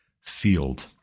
field